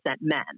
men